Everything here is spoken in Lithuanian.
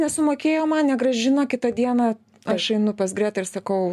nesumokėjo man negrąžino kitą dieną aš einu pas gretą ir sakau